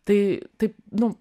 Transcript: tai taip nu